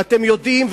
ואתם יודעים,